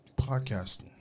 podcasting